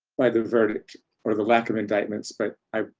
by the verdict, or the lack of indictments, but i,